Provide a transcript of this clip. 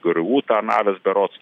gru tarnavęs berods